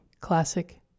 classic